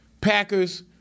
Packers